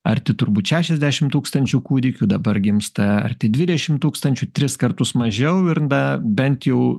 arti turbūt šešiasdešim tūkstančių kūdikių dabar gimsta arti dvidešim tūkstančių tris kartus mažiau ir na bent jau